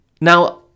Now